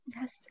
Yes